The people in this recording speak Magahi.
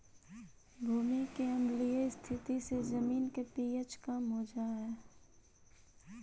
भूमि के अम्लीय स्थिति से जमीन के पी.एच कम हो जा हई